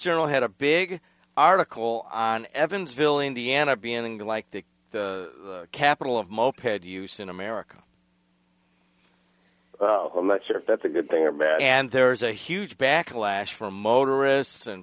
journal had a big article on evansville indiana being like the capital of moped use in america i'm not sure if that's a good thing or mad and there's a huge backlash from motorists